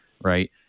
right